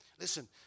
Listen